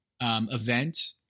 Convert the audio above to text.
event